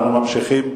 אנחנו ממשיכים.